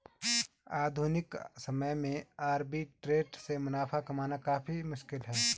आधुनिक समय में आर्बिट्रेट से मुनाफा कमाना काफी मुश्किल है